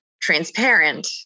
transparent